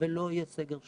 ולא יהיה סגר שלישי.